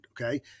okay